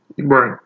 Right